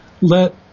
let